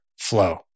flow